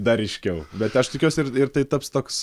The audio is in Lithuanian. dar ryškiau bet aš tikiuosi ir ir tai taps toks